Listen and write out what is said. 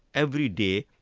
every day,